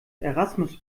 erasmus